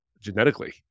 genetically